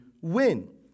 win